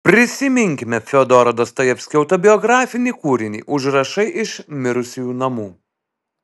prisiminkime fiodoro dostojevskio autobiografinį kūrinį užrašai iš mirusiųjų namų